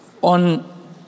on